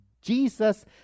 Jesus